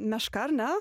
meška ar ne